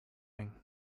going